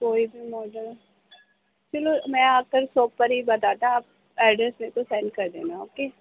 کوئی بھی موجود چلو میں آ کر شاپ پر ہی بتاتا آپ ایڈریس نہیں تو سینڈ کر دینا اوکے